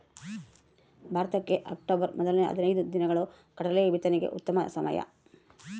ಭಾರತಕ್ಕೆ ಅಕ್ಟೋಬರ್ ಮೊದಲ ಹದಿನೈದು ದಿನಗಳು ಕಡಲೆ ಬಿತ್ತನೆಗೆ ಉತ್ತಮ ಸಮಯ